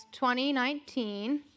2019